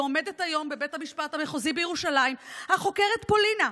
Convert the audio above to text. ועומדת היום בבית המשפט המחוזי בירושלים החוקרת פולינה,